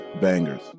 bangers